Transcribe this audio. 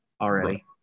already